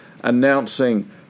announcing